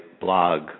blog